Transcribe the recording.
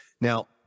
Now